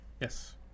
yes